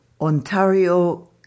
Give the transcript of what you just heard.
Ontario